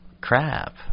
crap